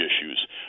issues